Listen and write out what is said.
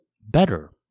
better